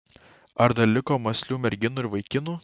ar dar liko mąslių merginų ir vaikinų